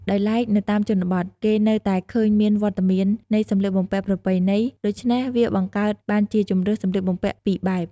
ដោយឡែកនៅតាមជនបទ គេនៅតែឃើញមានវត្តមាននៃសម្លៀកបំពាក់ប្រពៃណី ដូច្នេះវាបង្កើតបានជាជម្រើសសម្លៀកបំពាក់ពីរបែប។